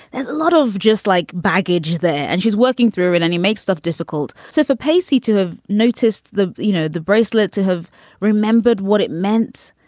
there's a lot of just like baggage there and she's working through it and he makes stuff difficult. so for pacey to have noticed the, you know, the bracelet, to have remembered what it meant,